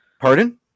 Pardon